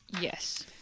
yes